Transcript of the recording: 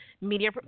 media